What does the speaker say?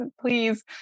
please